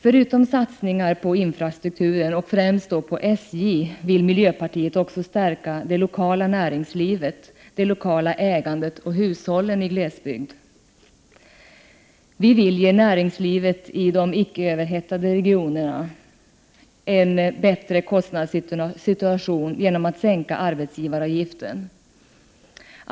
Förutom att satsa på infrastrukturen — och då främst på SJ — vill miljöpartiet stärka det lokala näringslivet, det lokala ägandet och hushållen i glesbygd. Vi vill ge näringslivet i de icke överhettade regionerna en bättre kostnadssituation genom att sänka arbetsgivaravgifterna.